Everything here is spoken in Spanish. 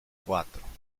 cuatro